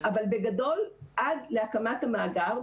אבל עד להקמת המאגר,